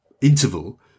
interval